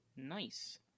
Nice